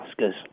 Oscars